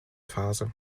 phase